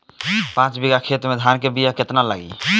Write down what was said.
पाँच बिगहा खेत में धान के बिया केतना लागी?